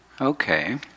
okay